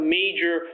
major